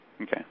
Okay